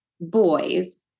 boys